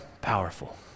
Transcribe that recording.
powerful